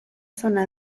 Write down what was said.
zona